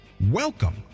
Welcome